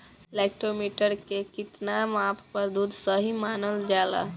Lactometer के कितना माप पर दुध सही मानन जाला?